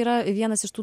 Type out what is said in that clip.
yra vienas iš tų